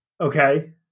Okay